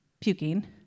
puking